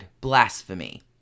blasphemy